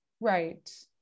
Right